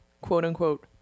quote-unquote